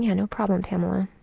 yeah no problem, pamela.